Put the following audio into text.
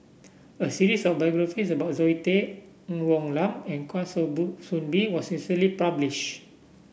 a series of biographies about Zoe Tay Ng Woon Lam and Kwa Soon Bee was recently publish